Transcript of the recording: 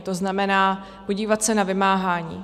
To znamená, podívat se na vymáhání.